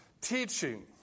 teaching